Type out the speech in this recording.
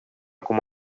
cum